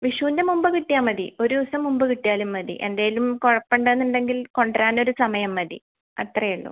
വിഷൂൻ്റെ മുമ്പ് കിട്ടിയാൽ മതി ഒരു ദിവസം മുമ്പ് കിട്ടിയാലും മതി എന്തെങ്കിലും കുഴപ്പം ഉണ്ട് എന്നുണ്ടെങ്കിൽ കൊണ്ടുവരാനൊരു സമയം മതി അത്രേയുള്ളൂ